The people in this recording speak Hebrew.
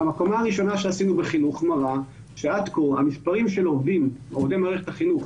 הקומה הראשונה שעשינו בחינוך מראה שעד כה המספרים של עובדי מערכת החינוך